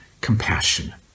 compassion